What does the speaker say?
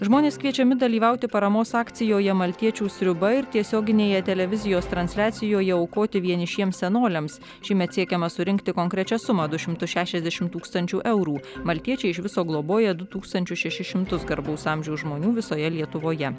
žmonės kviečiami dalyvauti paramos akcijoje maltiečių sriuba ir tiesioginėje televizijos transliacijoje aukoti vienišiems senoliams šįmet siekiama surinkti konkrečią sumą du šimtus šešiasdešim tūkstančių eurų maltiečiai iš viso globoja du tūkstančius šešis šimtus garbaus amžiaus žmonių visoje lietuvoje